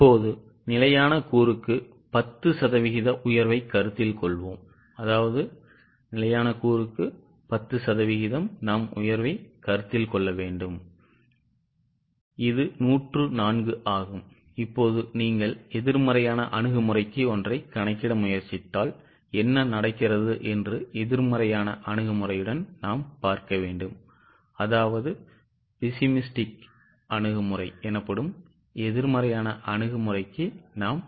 இப்போது நிலையான கூறுக்கு 10 சதவிகித உயர்வைக் கருத்தில் கொள்வோம் இது 104 ஆகும் இப்போது நீங்கள் எதிர்மறையான அணுகுமுறைக்கு ஒன்றைக் கணக்கிட முயற்சித்தால் என்ன நடக்கிறது என்று எதிர்மறையான அணுகுமுறையுடன் பாருங்கள்